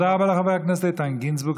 תודה רבה לחבר הכנסת איתן גינזבורג.